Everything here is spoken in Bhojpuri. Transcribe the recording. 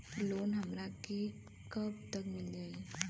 लोन हमरा के कब तक मिल जाई?